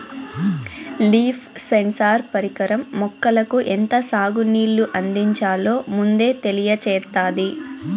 leaf sensor పరికరం మొక్కలకు ఎంత సాగు నీళ్ళు అందించాలో ముందే తెలియచేత్తాది